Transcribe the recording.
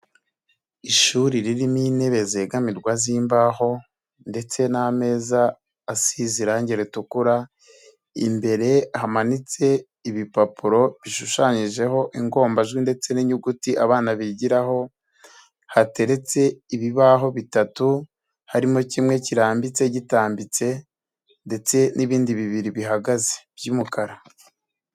Ishuri ririmo intebe zegamirwa zimbaho ndetse n'ameza asize irangi ritukura, imbere hamanitse ibipapuro bishushanyijeho ingombajwi ndetse n'inyuguti abana bigiraho, hateretse ibibaho bitatu, harimo kimwe kirambitse gitambitse ndetse n'ibindi bibiri bihagaze by'umukara.